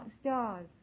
stars